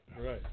right